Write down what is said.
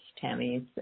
Tammy